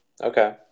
Okay